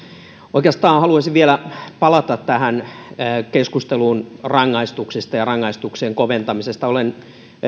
oikeastaan haluaisin vielä palata keskusteluun rangaistuksista ja rangaistuksien koventamisesta olen